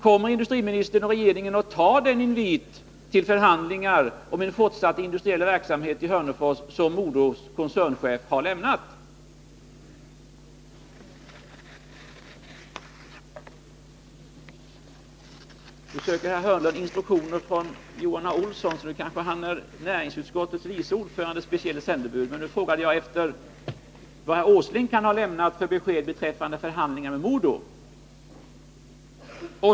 Kommer industriministern och regeringen i Övrigt att tacka ja till den invit till förhandlingar om en fortsatt industriell verksamhet i Hörnefors som MoDo:s koncernchef har framfört? Jag frågade vad herr Åsling kan ha lämnat för besked beträffande förhandlingar med MoDo.